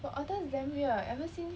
but otters damn weird ever since